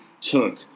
took